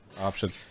Option